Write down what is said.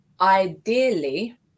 ideally